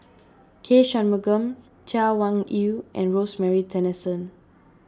K Shanmugam Chay Weng Yew and Rosemary Tessensohn